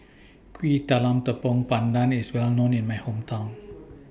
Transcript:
Kuih Talam Tepong Pandan IS Well known in My Hometown